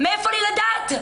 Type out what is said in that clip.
מאיפה לי לדעת?